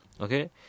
okay